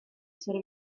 ser